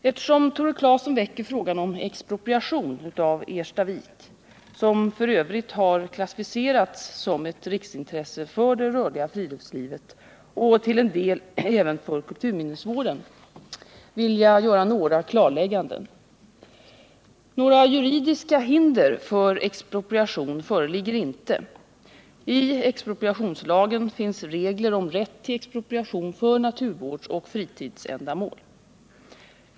Eftersom Tore Claeson väcker frågan om expropriation av Erstavik, som f. ö. har klassificerats som ett riksintresse för det rörliga friluftslivet och till en del även för kulturminnesvården, vill jag göra några klarlägganden. Några juridiska hinder för expropriation föreligger inte. I expropriationslagen finns regler om rätt till expropriation för naturvårdsoch fritidsända 89 mål.